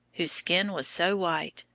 whose skin was so white,